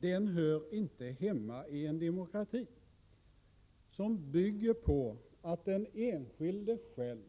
Den hör inte hemma i en demokrati som bygger på att den enskilde själv